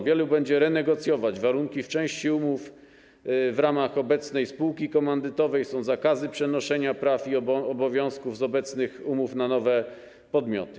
Wielu będzie renegocjować warunki w części umów w ramach obecnej spółki komandytowej, są zakazy przenoszenia praw i obowiązków z obecnych umów na nowe podmioty.